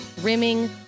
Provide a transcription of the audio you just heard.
rimming